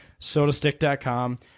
sodastick.com